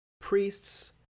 priests